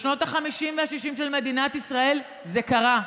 בשנות החמישים והשישים במדינת ישראל זה קרה.